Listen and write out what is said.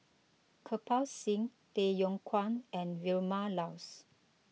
Kirpal Singh Tay Yong Kwang and Vilma Laus